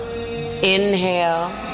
Inhale